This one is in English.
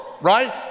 Right